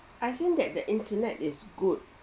I think that the internet is good